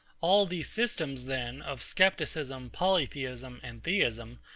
all these systems, then, of scepticism, polytheism, and theism,